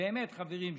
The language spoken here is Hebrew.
באמת חברים שלי,